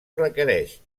requereix